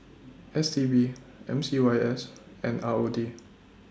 S T B M C Y S and R O D